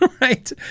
right